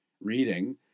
reading